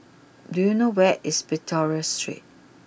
do you know where is Victoria Street